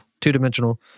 two-dimensional